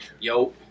Yo